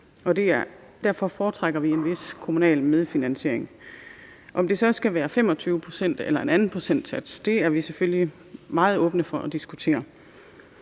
derfor foretrækker vi en vis kommunal medfinansiering. Om det så skal være 25 pct. eller en anden procentsats, er vi selvfølgelig meget åbne for at diskutere.